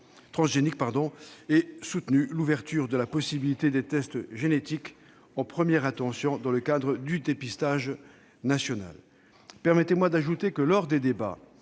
transgéniques ; et soutenu l'ouverture de la possibilité de tests génétiques en première intention dans le cadre du dépistage néonatal. Permettez-moi d'ajouter que, lors des débats,